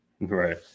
Right